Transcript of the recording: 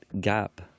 gap